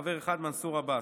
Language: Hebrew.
חבר אחד: מנסור עבאס.